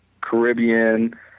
Caribbean